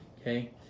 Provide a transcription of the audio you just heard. Okay